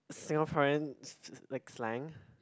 Singaporeans like slang